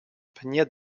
pnie